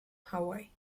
hawaii